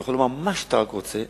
אתה יכול לומר מה שאתה רק רוצה,